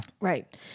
right